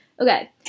Okay